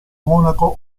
monaco